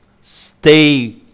stay